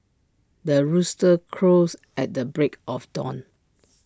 the rooster crows at the break of dawn